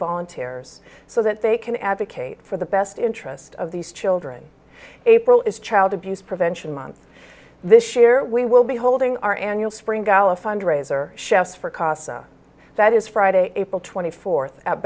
volunteers so that they can advocate for the best interest of these children april is child abuse prevention month this year we will be holding our annual spring gala fundraiser chefs for casa that is friday april twenty fourth at